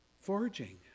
foraging